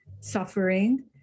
suffering